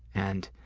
and